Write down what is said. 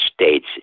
states